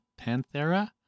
Panthera